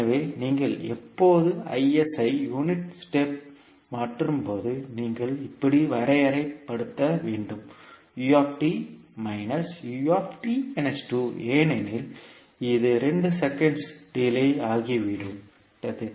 எனவே நீங்கள் எப்போது Is ஐ யூனிட் ஸ்டெப் மாற்றும்போது நீங்கள் இப்படி வரையறை படுத்த வேண்டும் ஏனெனில் இது 2 செகண்ட்ஸ் டிலே ஆகிவிட்டது